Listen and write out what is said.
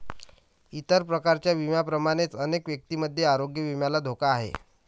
इतर प्रकारच्या विम्यांप्रमाणेच अनेक व्यक्तींमध्ये आरोग्य विम्याला धोका आहे